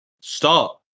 start